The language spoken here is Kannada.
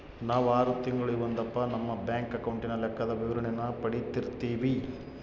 ನಾವು ಆರು ತಿಂಗಳಿಗೊಂದಪ್ಪ ನಮ್ಮ ಬ್ಯಾಂಕ್ ಅಕೌಂಟಿನ ಲೆಕ್ಕದ ವಿವರಣೇನ ಪಡೀತಿರ್ತೀವಿ